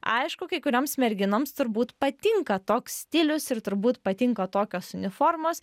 aišku kai kurioms merginoms turbūt patinka toks stilius ir turbūt patinka tokios uniformos